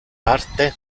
parte